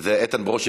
זה איתן ברושי.